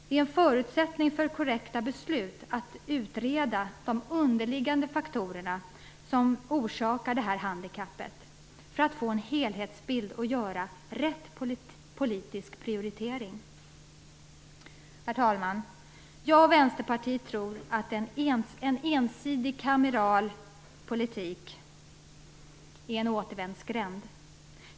Det är en förutsättning för korrekta beslut att de underliggande faktorer som orsakar handikappet utreds, så att man får en helhetsbild och kan göra rätt politisk prioritering. Herr talman! Jag och Vänsterpartiet tror att en ensidigt kameral politik är en återvändsgränd.